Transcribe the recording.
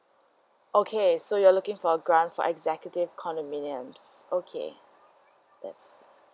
okay so you're looking for grant for executive condominiums okay yes